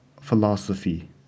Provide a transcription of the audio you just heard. philosophy